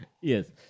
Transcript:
Yes